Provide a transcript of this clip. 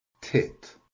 tit